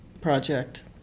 project